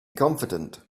confident